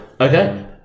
Okay